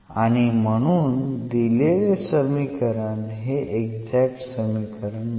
आणि म्हणून दिलेले समीकरण हे एक्झॅक्ट समीकरण नाही